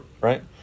right